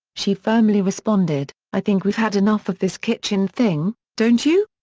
she firmly responded, i think we've had enough of this kitchen thing, don't you?